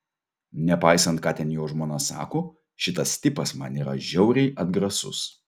nepaisant ką ten jo žmona sako šitas tipas man yra žiauriai atgrasus